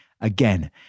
Again